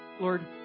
Lord